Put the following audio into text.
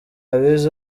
bize